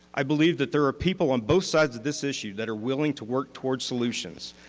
i believe that there are people on both sides of this issue that are willing to work towards solutions,